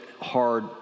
hard